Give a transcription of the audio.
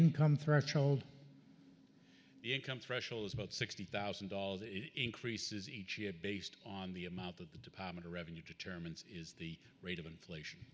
income threshold it comes fresh owes about sixty thousand dollars increases each year based on the amount that the department of revenue determines is the rate of inflation